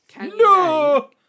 No